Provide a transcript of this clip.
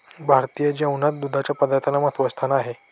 भारतीय जेवणात दुधाच्या पदार्थांना महत्त्वाचे स्थान आहे